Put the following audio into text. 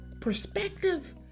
perspective